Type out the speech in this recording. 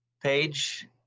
page